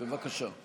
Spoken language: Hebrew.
בבקשה.